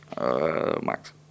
Max